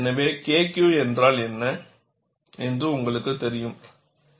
எனவே KQ என்றால் என்ன என்று உங்களுக்குத் தெரியாது